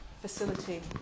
facility